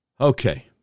Okay